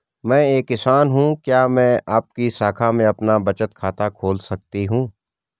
मैं एक किसान हूँ क्या मैं आपकी शाखा में अपना बचत खाता खोल सकती हूँ?